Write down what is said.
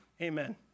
Amen